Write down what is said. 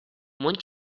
мөн